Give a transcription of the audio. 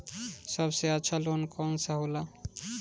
सबसे अच्छा लोन कौन सा होला?